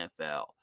NFL